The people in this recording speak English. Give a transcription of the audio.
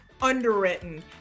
underwritten